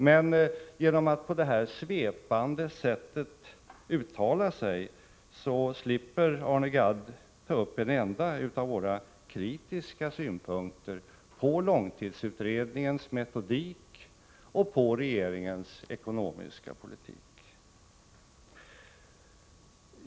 Men genom att uttala sig på det här svepande sättet slipper Arne Gadd att ta upp en enda av våra kritiska synpunkter på långtidsutredningens metodik och regeringens ekonomiska politik.